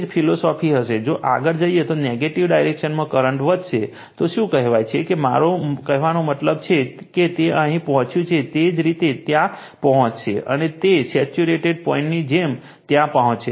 એ જ ફિલોસોફી હશે જો આગળ જઈએ તો નેગેટિવ ડાયરેક્શનમાં કરંટ વધશે તો શું કહેવામાં આવે છે મારો કહેવાનો મતલબ છે કે જે રીતે તે અહીં પહોંચ્યું છે તે જ રીતે તે ત્યાં પહોંચશે અને તે સેચ્યુરેટેડ પોઇન્ટની જેમ ત્યાં પહોંચશે